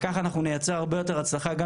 וכך אנחנו נייצר הרבה יותר הצלחה גם